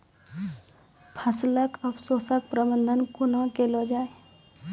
फसलक अवशेषक प्रबंधन कूना केल जाये?